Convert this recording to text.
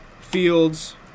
Fields